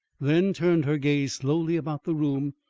then turned her gaze slowly about the room,